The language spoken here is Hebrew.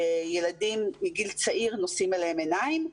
שילדים מגיל צעיר נושאים אליהם עיניים.